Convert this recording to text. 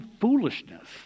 foolishness